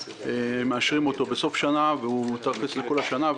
מאשרים אותו בסוף שנה והוא מתייחס לכל השנה.